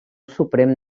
suprem